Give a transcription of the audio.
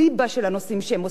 וזו חובתנו.